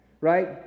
right